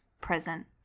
present